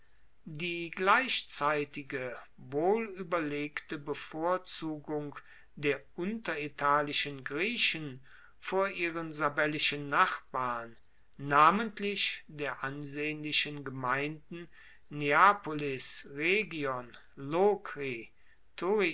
die gleichzeitige wohlueberlegte bevorzugung der unteritalischen griechen vor ihren sabellischen nachbarn namentlich der ansehnlichen gemeinden neapolis rhegion lokri